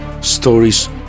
Stories